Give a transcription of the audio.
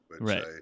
Right